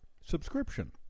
subscription